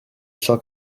ciò